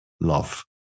love